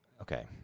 Okay